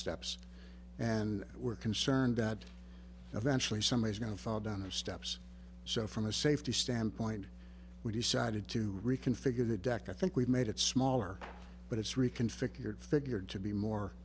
steps and we're concerned that eventually somebody's going to fall down the steps so from a safety standpoint we decided to reconfigure the deck i think we've made it smaller but it's reconfigured figured to be more